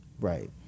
right